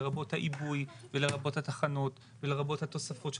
לרבות העיבוי ולרבות התחנות ולרבות התוספות של